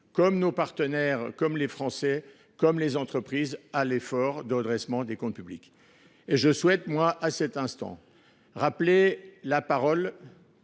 parties prenantes, comme les Français et comme les entreprises, à l’effort de redressement des comptes publics. Or je souhaite en cet instant rappeler les propos